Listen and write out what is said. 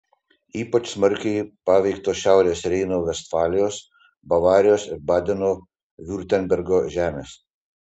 ypač smarkiai paveiktos šiaurės reino vestfalijos bavarijos ir badeno viurtembergo žemės